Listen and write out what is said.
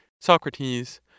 Socrates